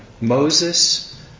Moses